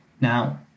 Now